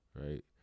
right